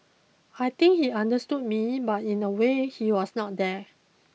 I think he understood me but in a way he was not there